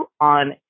on